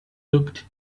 looked